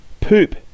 Poop